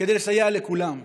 כדי לסייע לכולם.